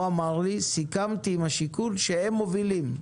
הוא אמר לי, סיכמתי עם השיכון שהם מובילים.